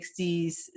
60s